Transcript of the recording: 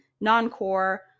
non-core